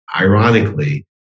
ironically